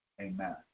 Amen